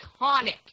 iconic